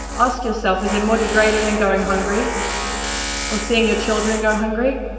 ask yourself is it more degrading than going hungry or seeing your children go hungry?